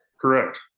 Correct